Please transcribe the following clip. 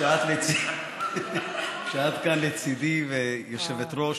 שאת כאן לצידי ויושבת-ראש.